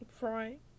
Right